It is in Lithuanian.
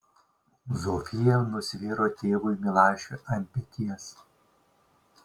zofija nusviro tėvui milašiui ant peties